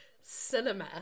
cinema